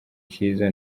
cyiza